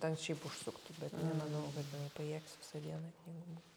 ten šiaip užsuktų bet nemanau kad jinai pajėgs visą dieną knygų mugėj